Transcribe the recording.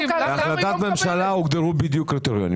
--- בהחלטת הממשלה הוגדרו הקריטריונים.